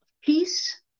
peace